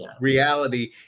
reality